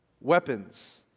weapons